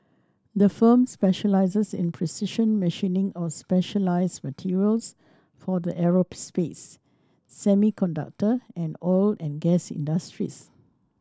the firm specialises in precision machining of specialised materials for the aerospace semiconductor and oil and gas industries